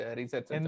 research